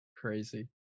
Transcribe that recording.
crazy